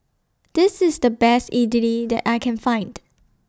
This IS The Best Idly that I Can Find